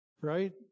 right